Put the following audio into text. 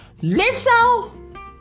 Lizzo